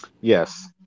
Yes